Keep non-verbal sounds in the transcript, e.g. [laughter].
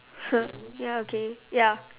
[laughs] ya okay ya